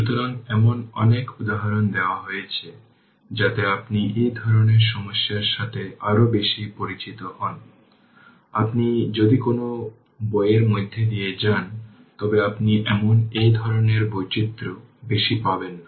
সুতরাং এমন অনেক উদাহরণ দেওয়া হয়েছে যাতে আপনি এই ধরণের সমস্যার সাথে আরও বেশি পরিচিত হন আপনি যদি কোনও বইয়ের মধ্য দিয়ে যান তবে আপনি এমন এই ধরনের বৈচিত্র্য বেশি পাবেন না